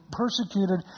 persecuted